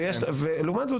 ולעומת זאת,